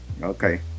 Okay